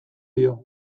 dio